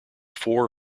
four